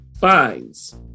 Fines